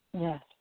yes